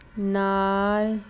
ਨਾਲ